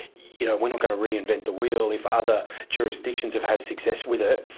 you know, we're not going to reinvent the wheel if other jurisdictions have had success with it.